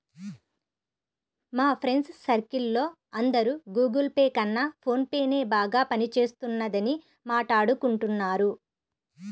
మా friends circle లో అందరూ గుగుల్ పే కన్నా ఫోన్ పేనే బాగా పని చేస్తున్నదని మాట్టాడుకుంటున్నారు